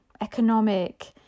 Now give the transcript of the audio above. economic